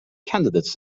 candidates